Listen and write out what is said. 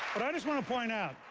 but i just want to point out,